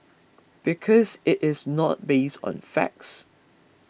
because it is not based on facts